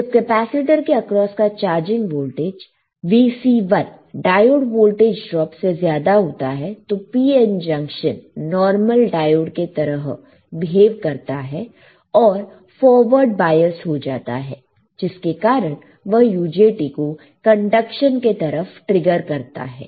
जब कैपेसिटर के आक्रोस का charging voltage Vc1 diode voltage drop से ज्यादा होता है तो PN जंक्शन नॉर्मल डायोड के तरह बिहेव करता है और फॉरवार्ड बॉयस्ड हो जाता है जिसके कारण वह UJT को कंडक्शन के तरफ ट्रिगर करता है